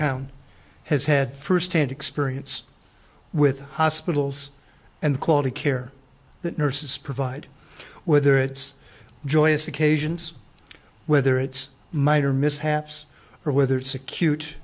town has had first hand experience with hospitals and quality care that nurses provide whether it's joyous occasions whether it's minor mishaps or whether it's acute